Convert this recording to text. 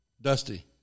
Dusty